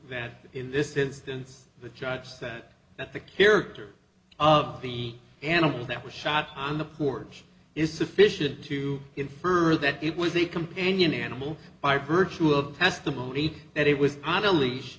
that in this instance the judge said that the character of the animal that was shot on the porch is sufficient to infer that it was a companion animal by virtue of testimony that it was on a leash